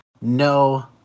No